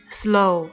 slow